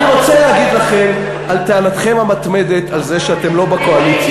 אני רוצה להגיב לכם על טענתכם המתמדת על זה שאתם לא בקואליציה,